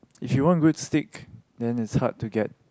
if you want good steak then it's hard to get